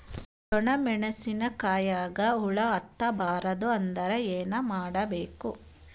ಡೊಣ್ಣ ಮೆಣಸಿನ ಕಾಯಿಗ ಹುಳ ಹತ್ತ ಬಾರದು ಅಂದರ ಏನ ಮಾಡಬೇಕು?